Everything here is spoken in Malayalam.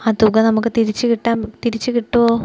ആ തുക നമുക്ക് തിരിച്ചുകിട്ടാൻ തിരിച്ചുകിട്ടുമോ